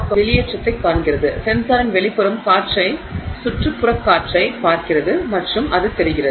எனவே அது வெளியேற்றத்தைக் காண்கிறது சென்சாரின் வெளிப்புறம் காற்றை சுற்றுப்புறக் காற்றைப் பார்க்கிறது மற்றும் அது தெரிகிறது